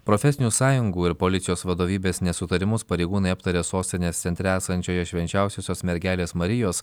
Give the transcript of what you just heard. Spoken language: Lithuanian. profesinių sąjungų ir policijos vadovybės nesutarimus pareigūnai aptarė sostinės centre esančioje švenčiausiosios mergelės marijos